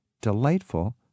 delightful